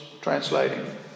translating